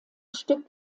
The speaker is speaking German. stück